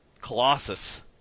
Colossus